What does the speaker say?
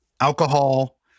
alcohol